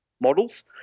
models